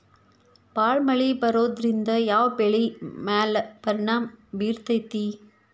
ಭಾಳ ಮಳಿ ಬರೋದ್ರಿಂದ ಯಾವ್ ಬೆಳಿ ಮ್ಯಾಲ್ ಪರಿಣಾಮ ಬಿರತೇತಿ?